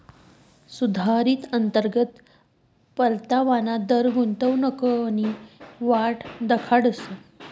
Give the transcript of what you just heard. सुधारित अंतर्गत परतावाना दर गुंतवणूकनी वाट दखाडस